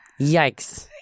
Yikes